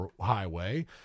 highway